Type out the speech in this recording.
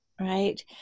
right